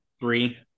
three